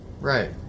Right